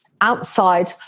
outside